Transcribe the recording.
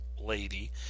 lady